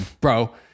bro